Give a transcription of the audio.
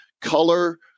color